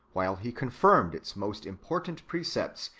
while he confirmed its most important precepts,